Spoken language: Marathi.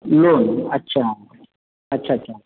लोन अच्छा अच्छा अच्छा